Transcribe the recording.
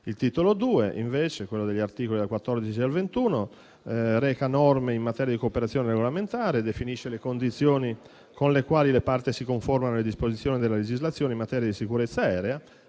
Il Titolo II - che contiene gli articoli dal 14 al 21 - reca norme in materia di cooperazione regolamentare e definisce le condizioni con le quali le parti si conformano alle disposizioni della legislazione in materia di sicurezza aerea